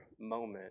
moment